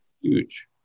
Huge